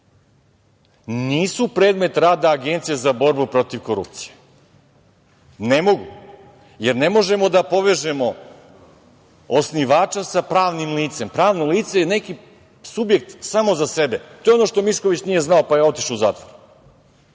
nisu predmet rada Agencije za borbu protiv korupcije. Ne mogu. Jer, ne možemo da povežemo osnivača sa pravnim licem. Pravno lice je neki subjekt samo za sebe. To je ono što Mišković nije znao pa je otišao u zatvor,